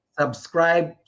subscribe